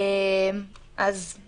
כשמונה עובדים.